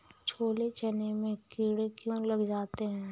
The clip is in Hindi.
छोले चने में कीड़े क्यो लग जाते हैं?